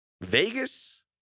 Vegas